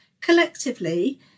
Collectively